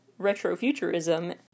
retrofuturism